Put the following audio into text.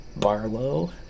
Barlow